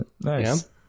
Nice